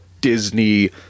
Disney